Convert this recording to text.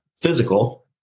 physical